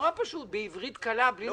נורא פשוט, בעברית קלה, בלי נקודות.